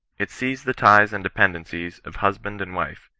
it sees the ties and dependencies of husband and wife,